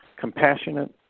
compassionate